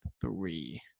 three